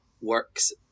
works